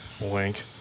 Wink